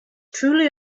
truly